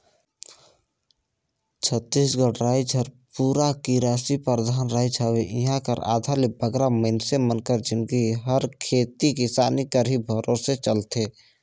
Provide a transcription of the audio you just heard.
छत्तीसगढ़ राएज हर पूरा किरसी परधान राएज हवे इहां कर आधा ले बगरा मइनसे मन कर जिनगी हर खेती किसानी कर ही भरोसे चलथे